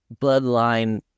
bloodline